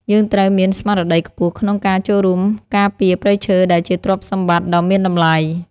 យើងត្រូវមានស្មារតីខ្ពស់ក្នុងការចូលរួមការពារព្រៃឈើដែលជាទ្រព្យសម្បត្តិដ៏មានតម្លៃ។យើងត្រូវមានស្មារតីខ្ពស់ក្នុងការចូលរួមការពារព្រៃឈើដែលជាទ្រព្យសម្បត្តិដ៏មានតម្លៃ។